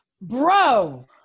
bro